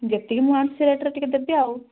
ଯେତିକି ମୁଁ ଆଣିଛି ସେ ରେଟ୍ରେ ଟିକେ ଦେବି ଆଉ